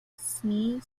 sneeze